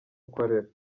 ukorera